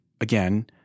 again